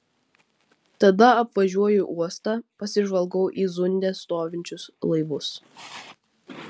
tada apvažiuoju uostą pasižvalgau į zunde stovinčius laivus